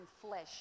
flesh